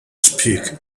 speak